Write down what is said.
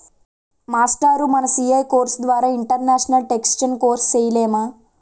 మాస్టారూ మన CA course ద్వారా ఇంటర్నేషనల్ టేక్సేషన్ కోర్సు సేయలేమా